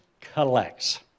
collects